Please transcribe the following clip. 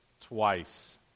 twice